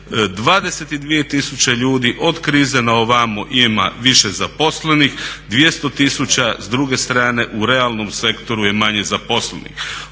tisuće ljudi od krize na ovamo ima više zaposlenih, 200 tisuća s druge strane u realnom sektoru je manje zaposlenih.